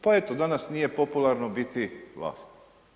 Pa eto, danas nije popularno biti vlast.